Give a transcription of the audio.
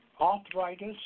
arthritis